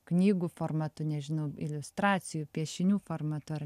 knygų formatu nežinau iliustracijų piešinių formatu ar